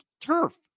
turf